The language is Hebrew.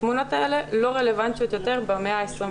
התמונות האלה לא רלוונטיות יותר במאה ה-21.